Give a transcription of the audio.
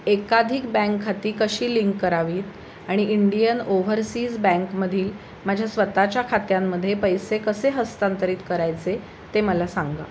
एकाधिक बँक खाती कशी लिंक करावी आणि इंडियन ओव्हरसीज बँकमधील माझ्या स्वतःच्या खात्यांमध्ये पैसे कसे हस्तांतरित करायचे ते मला सांगा